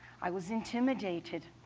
i was intimidated